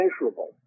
measurable